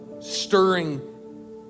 stirring